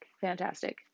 fantastic